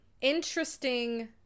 interesting